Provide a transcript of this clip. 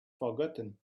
forgotten